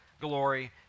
glory